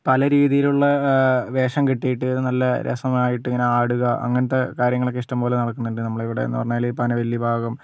പല രീതിയിലുള്ള വേഷം കേട്ടിട്ട് നല്ല രാസമായിട്ട് ഇങ്ങനെ ആടുക അങ്ങനത്തേ കാര്യങ്ങളൊക്കേ ഇഷ്ടംപോലെ നടക്കുന്നുണ്ട് നമ്മളുടെ ഇവിടെ എന്ന് പറഞ്ഞാല് പനവില്ലി ഭാഗം